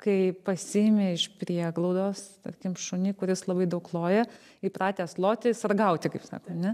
kai pasiimi iš prieglaudos tarkim šunį kuris labai daug loja įpratęs loti sargauti kaip sako ne